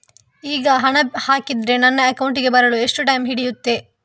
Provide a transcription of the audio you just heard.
ಈಗ ಹಣ ಹಾಕಿದ್ರೆ ನನ್ನ ಅಕೌಂಟಿಗೆ ಬರಲು ಎಷ್ಟು ಟೈಮ್ ಹಿಡಿಯುತ್ತೆ?